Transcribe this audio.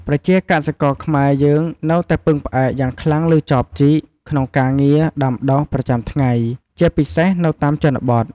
ប្រជាកសិករខ្មែរយើងនៅតែពឹងផ្អែកយ៉ាងខ្លាំងលើចបជីក ក្នុងការងារ ដាំដុះ ប្រចាំថ្ងៃ ជាពិសេសនៅតាមជនបទ។